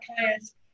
clients